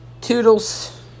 toodles